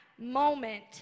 moment